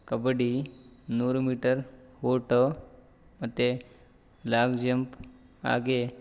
ಕಬಡ್ಡಿ ನೂರು ಮೀಟರ್ ಓಟ ಮತ್ತು ಲಾಗ್ ಜಂಪ್ ಹಾಗೇ